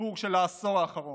השיפור של העשור האחרון,